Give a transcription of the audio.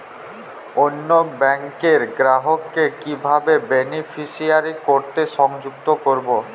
অন্য ব্যাংক র গ্রাহক কে কিভাবে বেনিফিসিয়ারি তে সংযুক্ত করবো?